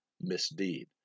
misdeed